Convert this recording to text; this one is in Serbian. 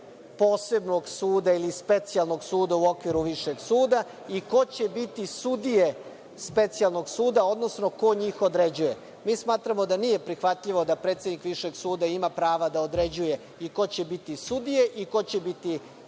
posebnog suda ili specijalnog suda u okviru višeg suda i ko će biti sudije specijalnog suda, odnosno ko njih određuje. Mi smatramo da nije prihvatljivo da predsednik višeg suda ima prava da određuje i ko će biti sudije i ko će biti